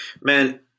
Man